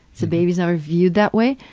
some babies aren't viewed that way,